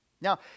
Now